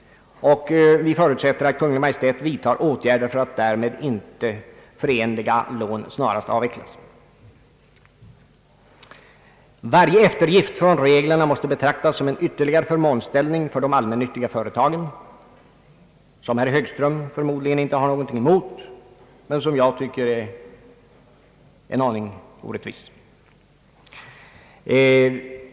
Vi förutsätter att Kungl. Maj:t vidtar åtgärder för att därmed icke förenliga lån snarast avvecklas. Varje eftergift från reglerna måste betraktas som ytterligare poängterad förmånsställning för de allmännyttiga företagen, något som herr Högström förmodligen inte har något emot men som jag tycker är orättvist.